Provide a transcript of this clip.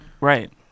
Right